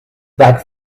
back